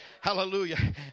Hallelujah